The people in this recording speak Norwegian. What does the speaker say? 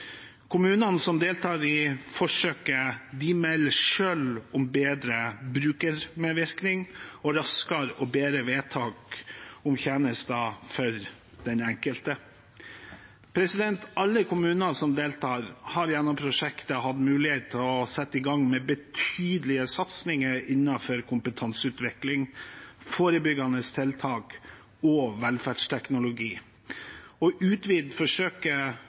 Kommunene som deltar i forsøket, melder selv om bedre brukermedvirkning og raskere og bedre vedtak om tjenester for den enkelte. Alle kommunene som deltar, har gjennom prosjektet hatt mulighet til å sette i gang med betydelige satsinger innenfor kompetanseutvikling, forebyggende tiltak og velferdsteknologi. Å utvide forsøket